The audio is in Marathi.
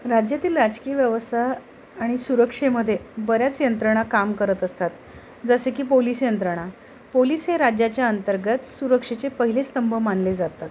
राज्यातील राजकीय व्यवस्था आणि सुरक्षेमध्ये बऱ्याच यंत्रणा काम करत असतात जसे की पोलिस यंत्रणा पोलिस हे राज्याच्या अंतर्गत सुरक्षेचे पहिले स्तंभ मानले जातात